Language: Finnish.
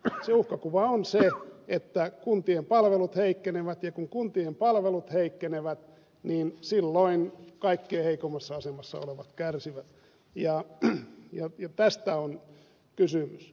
se uhkakuva on se että kuntien palvelut heikkenevät ja kun kuntien palvelut heikkenevät niin silloin kaikkein heikoimmassa asemassa olevat kärsivät ja tästä on kysymys